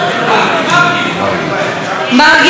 מרגי.